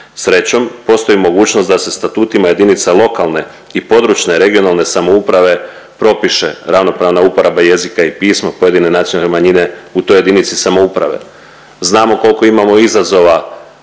Srećom, postoji mogućnost da se statutima JLPRS propiše ravnopravna uporaba jezika i pisma pojedine nacionalne manjine u toj jedinici samouprave. Znamo kolko imamo izazova